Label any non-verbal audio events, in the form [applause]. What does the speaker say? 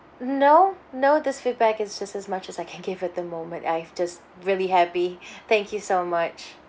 mm no no this feedback is just as much as I can [laughs] give it the moment I've just really happy [breath] thank you so much